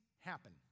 happen